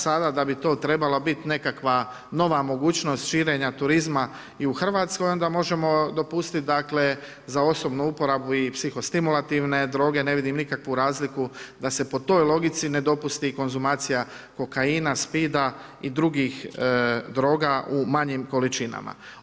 Sada da bi to trebala biti nekakva nova mogućnost širenja turizma i u RH, onda možemo dopustiti dakle za osobnu uporabu i psihostimulativne droge, ne vidim nikakvu razliku da se po toj logici ne dopusti i konzumacija kokaina, speed-a i drugih droga u manjim količinama.